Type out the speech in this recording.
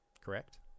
Correct